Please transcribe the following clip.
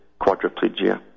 quadriplegia